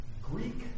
Greek